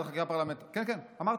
פרלמנטרית ------ אמרתי,